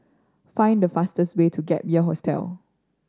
find the fastest way to Gap Year Hostel